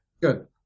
good